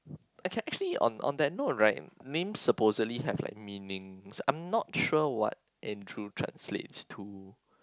act can actually on on that note right names supposedly have like meanings I'm not sure what Andrew translates to